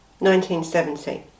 1970